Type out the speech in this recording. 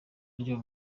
ryo